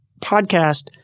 podcast